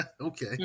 okay